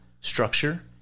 structure